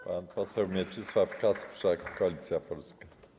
Pan poseł Mieczysław Kasprzak, Koalicja Polska.